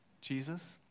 Jesus